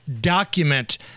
document